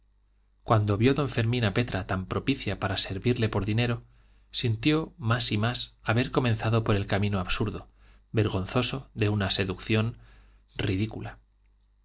cuando vio don fermín a petra tan propicia para servirle por dinero sintió más y más haber comenzado por el camino absurdo vergonzoso de una seducción ridícula